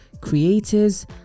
creators